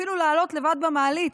אפילו לעלות לבד במעלית,